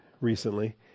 recently